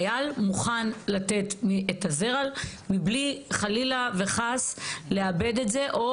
חייל מוכן לתת את הזרע מבלי חלילה וחס לאבד את זה או